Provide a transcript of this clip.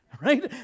right